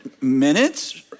minutes